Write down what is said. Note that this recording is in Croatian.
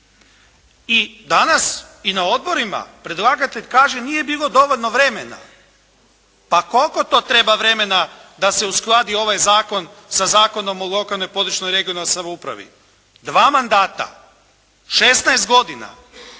i danas i na odborima predlagatelj kaže nije bilo dovoljno vremena. Pa koliko to treba vremena da se uskladi ovaj zakon sa Zakonom o lokalnoj i područnoj (regionalnoj) samoupravi. Dva mandata? 16 godina?